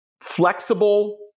flexible